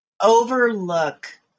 overlook